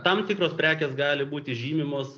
tam tikros prekės gali būti žymimos